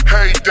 Hey